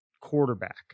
quarterback